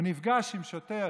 הוא נפגש עם שוטר,